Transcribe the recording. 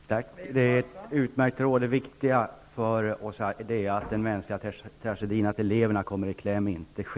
Fru talman! Det är ett utmärkt råd. Det är viktigt att det inte sker någon mänsklig tragedi, att inte eleverna kommer i kläm. Tack.